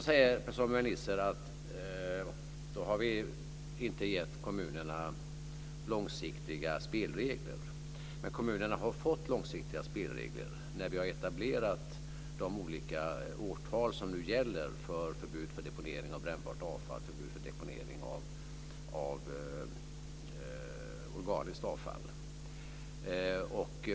Per-Samuel Nisser säger att vi inte har gett kommunerna långsiktiga spelregler. Men kommunerna har fått långsiktiga spelregler när vi har etablerat de olika årtal som gäller för förbud för deponering av brännbart avfall, förbud för deponering av organiskt avfall.